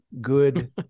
good